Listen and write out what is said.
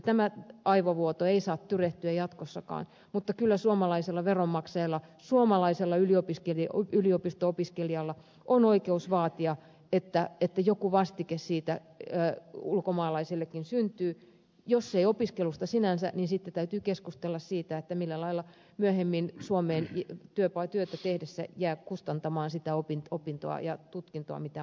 tämä aivovuoto ei saa tyrehtyä jatkossakaan mutta kyllä suomalaisella veronmaksajalla suomalaisella yliopisto opiskelijalla on oikeus vaatia että joku vastike siitä ulkomaalaisellekin syntyy jos ei opiskelusta sinänsä niin sitten täytyy keskustella siitä millä lailla myöhemmin suomeen työtä tehdessään hän jää kustantamaan sitä opintoa ja tutkintoa mitä on saanut